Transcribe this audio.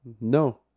no